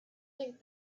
think